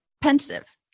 pensive